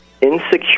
insecure